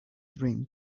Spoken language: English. dream